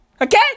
Okay